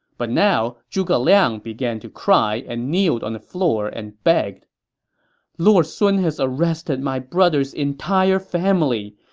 but now, zhuge liang began to cry and kneeled on the floor and begged lord sun has arrested my brother's entire family.